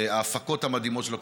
ההפקות המדהימות שלו,